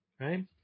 right